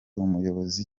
umuyobozi